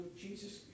Jesus